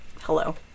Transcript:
hello